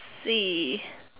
see